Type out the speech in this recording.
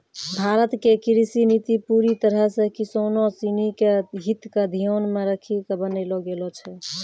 भारत के कृषि नीति पूरी तरह सॅ किसानों सिनि के हित क ध्यान मॅ रखी क बनैलो गेलो छै